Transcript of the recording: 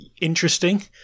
interesting